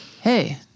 Hey